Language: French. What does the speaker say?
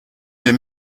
mes